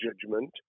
judgment